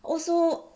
also